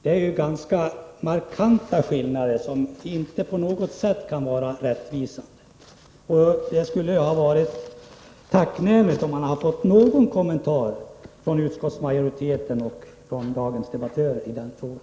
Det är ju ganska markanta skillnader, som inte på något sätt kan vara rättvisa. Det skulle ha varit tacknämligt om man hade fått någon kommentar från utskottsmajoriteten och från dagens debattörer i den frågan.